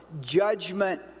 judgment